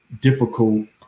difficult